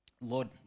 Lord